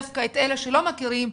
דווקא את אלה שלא מכירים,